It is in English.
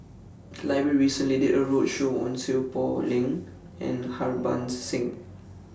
The Library recently did A roadshow on Seow Poh Leng and Harbans Singh